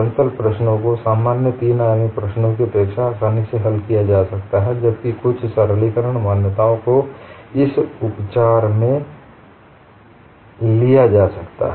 समतल प्रश्नों को सामान्य तीन आयामी प्रश्नों की अपेक्षा आसानी से हल किया जा सकता है जबकि कुछ सरलीकरण मान्यताओं को इस उपचार में लिया जा सकता है